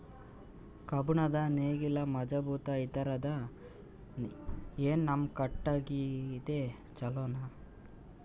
ಕಬ್ಬುಣದ್ ನೇಗಿಲ್ ಮಜಬೂತ ಇರತದಾ, ಏನ ನಮ್ಮ ಕಟಗಿದೇ ಚಲೋನಾ?